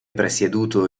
presieduto